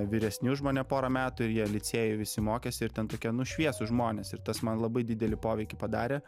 vyresni už mane pora metų ir jie licėjų visi mokėsi ir ten tokie nu šviesūs žmonės ir tas man labai didelį poveikį padarė